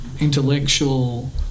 intellectual